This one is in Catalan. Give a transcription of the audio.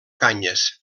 canyes